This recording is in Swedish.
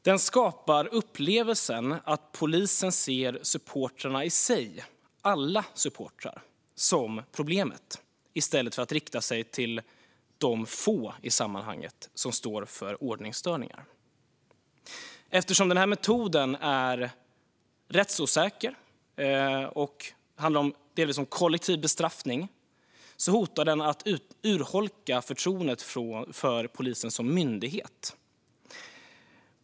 Den skapar upplevelsen att polisen ser supportrarna i sig, alla supportrar, som problemet i stället för att rikta sig till de få i sammanhanget som står för ordningsstörningarna. Eftersom den här metoden är rättsosäker och delvis handlar om kollektiv bestraffning hotar den att urholka förtroendet för Polisen som myndighet.